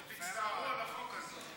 אתם תצטערו על החוק הזה.